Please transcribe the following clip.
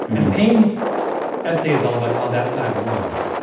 and payne's essay is all about how that side won,